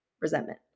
resentment